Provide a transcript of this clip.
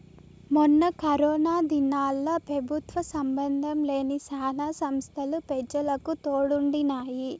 మొన్న కరోనా దినాల్ల పెబుత్వ సంబందం లేని శానా సంస్తలు పెజలకు తోడుండినాయి